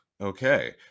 Okay